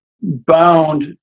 bound